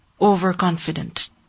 overconfident